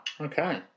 okay